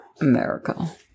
America